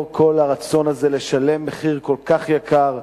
כל הרצון הזה לשלם מחיר כל כך יקר,